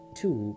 two